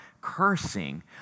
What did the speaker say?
cursing